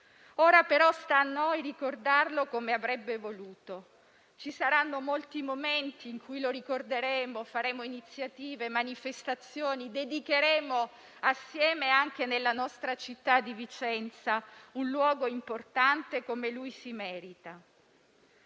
Ora, però, sta a noi ricordarlo come avrebbe voluto. Ci saranno molti momenti in cui lo ricorderemo, faremo iniziative e manifestazioni, gli dedicheremo insieme, anche nella nostra città di Vicenza, un luogo importante come lui merita.